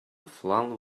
flung